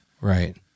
Right